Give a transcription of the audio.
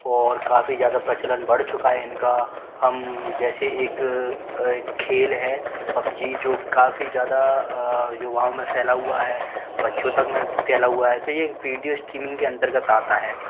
और काफ़ी ज़्यादा प्रचलन बढ़ चुका है इनका हम जैसे एक खेल है पबजी जो काफ़ी ज़्यादा युवाओं में फैला हुआ है बच्चों तक में फैला हुआ है तो ये विडियो स्ट्रीमिंग के अंतर्गत आता है